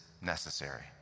necessary